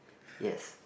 yes